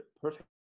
perfect